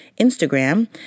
Instagram